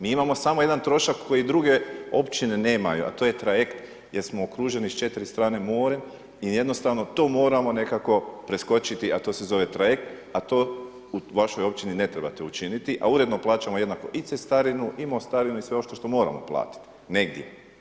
Mi imamo samo jedan trošak koji druge općine nemaju, a to je trajekt jer smo okruženi s četiri strane morem i jednostavno to moramo nekako preskočiti, a to se zove trajekt, a to u vašoj općini ne trebate učiniti, a uredno plaćamo jednako i cestarinu i mostarinu i sve ono što moramo platiti negdje.